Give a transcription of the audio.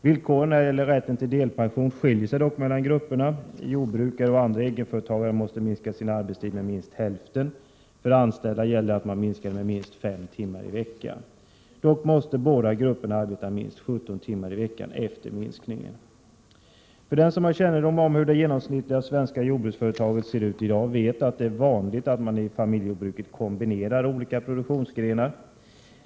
Villkoren i fråga om rätten till delpension skiljer sig dock mellan grupperna. Jordbrukare och andra egenföretagare måste minska sin arbetstid med minst hälften. För anställda gäller att man måste minska den med minst fem timmar i veckan. Dock måste man inom båda grupperna arbeta minst 17 timmar i veckan efter minskningen. > Den som har kännedom om hur det genomsnittliga jordbruksföretaget ser ut i dag, vet att det är vanligt att man i familjejordbruket kombinerar olika produktionsgrenar.